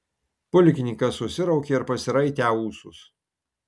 pulkininkas susiraukė ir pasiraitę ūsus